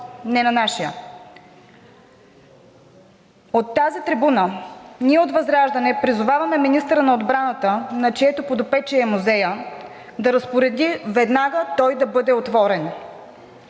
не на нашия. От тази трибуна ние от ВЪЗРАЖДАНЕ призоваваме министърът на отбраната, на чието подопечие е музеят, да разпореди веднага той да бъде отворен.